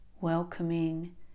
Welcoming